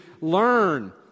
learn